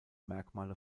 merkmale